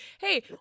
hey